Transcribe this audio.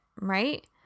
right